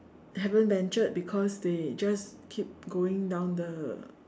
haven't ventured because they just keep going down the